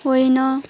होइन